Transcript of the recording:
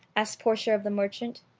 asked portia of the merchant.